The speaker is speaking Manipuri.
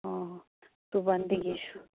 ꯑꯣ ꯁꯨꯝꯕꯟꯗꯒꯤ ꯁꯨꯕ